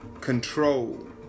control